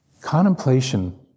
Contemplation